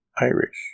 Irish